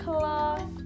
Class